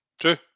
True